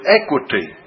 equity